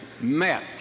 met